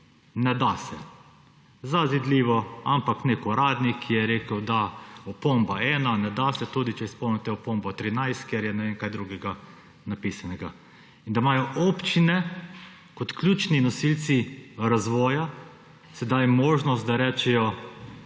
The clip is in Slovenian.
Ne da se! Zazidljivo, ampak nek uradnik je rekel, da opomba 1; ne da se, tudi če izpolnite opombo 13, ker je ne vem kaj drugega napisanega. Da imajo občine kot ključni nosilci razvoja sedaj možnost, da rečejo,